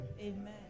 Amen